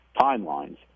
timelines